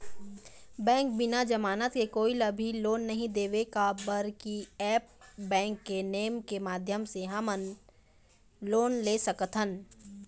Bank बिना जमानत के कोई ला भी लोन नहीं देवे का बर की ऐप बैंक के नेम के माध्यम से हमन लोन ले सकथन?